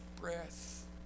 breath